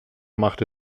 machte